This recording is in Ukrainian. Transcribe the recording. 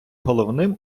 головним